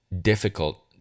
difficult